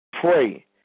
pray